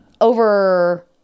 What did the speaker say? over